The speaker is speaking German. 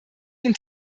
den